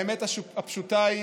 האמת הפשוטה היא